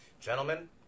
Gentlemen